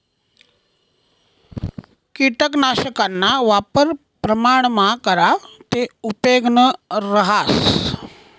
किटकनाशकना वापर प्रमाणमा करा ते उपेगनं रहास